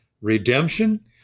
redemption